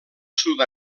sud